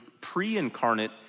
pre-incarnate